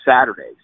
Saturdays